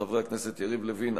חברי הכנסת יריב לוין,